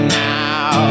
now